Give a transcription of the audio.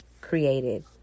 created